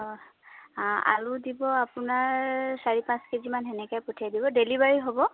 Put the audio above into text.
অঁ আলু দিব আপোনাৰ চাৰি পাঁচ কেজিমান সেনেকৈ পঠিয়াই দিব ডেলিভাৰী হ'ব